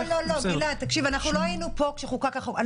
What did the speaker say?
לא היינו פה כשחוקק החוק.